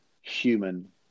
human